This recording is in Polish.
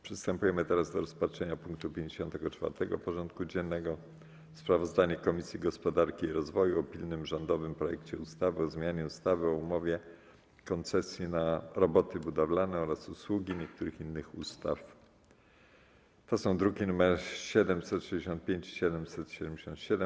Przystępujemy do rozpatrzenia punktu 54. porządku dziennego: Sprawozdanie Komisji Gospodarki i Rozwoju o pilnym rządowym projekcie ustawy o zmianie ustawy o umowie koncesji na roboty budowlane lub usługi oraz niektórych innych ustaw (druki nr 765 i 777)